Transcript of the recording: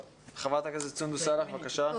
חברת הכנסת סונדוס סאלח, בבקשה.